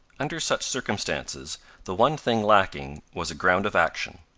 under such circumstances the one thing lacking was a ground of action.